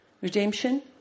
Redemption